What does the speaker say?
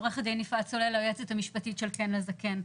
עו"ד יפעת סולל, היועצת המשפטית של כן לזקן.